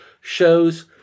shows